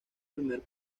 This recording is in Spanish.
primer